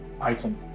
item